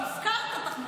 טלי גוטליב (הליכוד): הפקרת תחמושת.